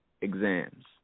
exams